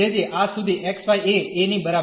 તેથી આ સુધી xy એ a ની બરાબર છે